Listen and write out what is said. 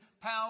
power